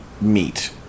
meet